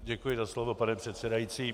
Děkuji za slovo, pane předsedající.